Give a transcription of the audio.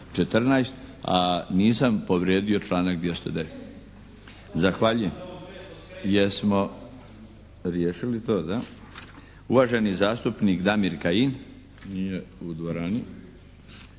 a nisam povrijedio članak 209. Zahvaljujem. Jesmo riješili to? Da. Uvaženi zastupnik Damir Kajin. Nije u dvorani.